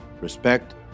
respect